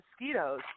mosquitoes